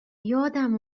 یادم